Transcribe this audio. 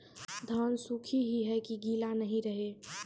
धान सुख ही है की गीला नहीं रहे?